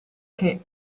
che